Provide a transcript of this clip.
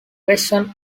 question